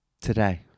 Today